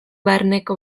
barneko